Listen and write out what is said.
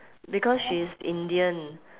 because she's indian